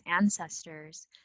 ancestors